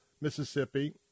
Mississippi